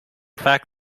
fact